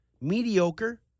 mediocre